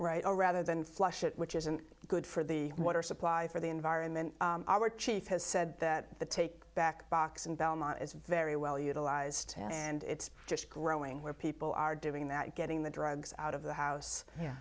right or rather than flush it which isn't good for the water supply for the environment chief has said that the take back box in belmont is very well utilized and it's just growing where people are doing that getting the drugs out of the house